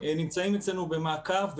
נמצאים אצלנו במעקב,